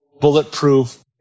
Bulletproof